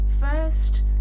first